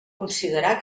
considerar